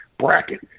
bracket